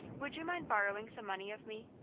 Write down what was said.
would you mind borrowing some money of me?